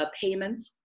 payments